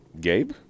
Gabe